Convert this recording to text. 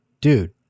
dude